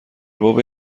باب